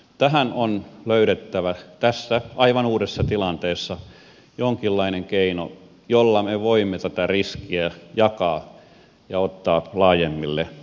tähän on löydettävä tässä aivan uudessa tilanteessa jonkinlainen keino jolla me voimme tätä riskiä jakaa ja ottaa laajemmille harteille